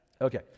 okay